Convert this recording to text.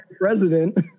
president